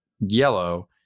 yellow